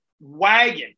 Wagon